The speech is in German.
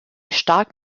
stark